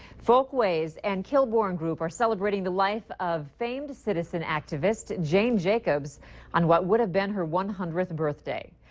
folkways and kilbourne group are celebrating the life of famed citizen activist jane jacobs on what would have been her one hundredth birthday.